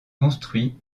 construit